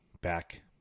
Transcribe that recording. back